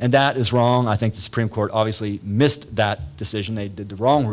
and that is wrong i think the supreme court obviously missed that decision they did the wrong